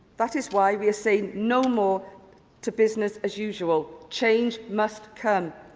that is why we are saying no more to business as usual. change must come.